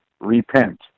repent